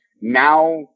now